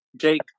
Jake